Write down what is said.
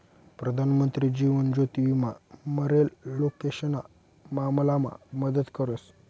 प्रधानमंत्री जीवन ज्योति विमा मरेल लोकेशना मामलामा मदत करस